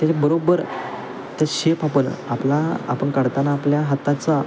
त्याच्याबरोबर त्या शेप आपण आपला आपण काढताना आपल्या हाताचा